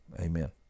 amen